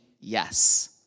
yes